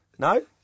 No